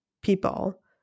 people